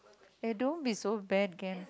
eh don't be so bad can